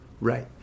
Right